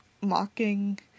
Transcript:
mocking